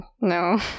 no